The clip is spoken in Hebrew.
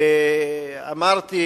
אמרתי